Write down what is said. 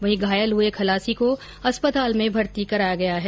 वहीं घायल हुए खलासी को अस्पताल में भर्ती कराया गया है